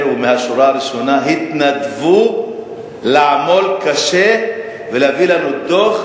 ומהשורה הראשונה התנדבו לעמול קשה ולהביא לנו דוח